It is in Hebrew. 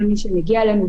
כל מי שמגיע אלינו,